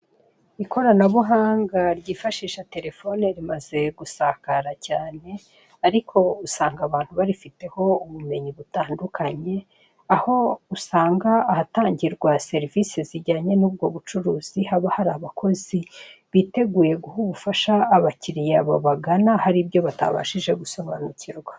Ikoranabuhanga ryifashisha telefone rimaze gusakara cyane, ariko usanga abantu barifiteho ubumenyi butandukanye, aho usanga ahantangirwa serivise zijyanye n'ubwo bucuruzi, haba hari abakozi biteguye guha ubufasha abakiriya babanaga, hari ibyo batabashije gusobanukirwa.